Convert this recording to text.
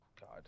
God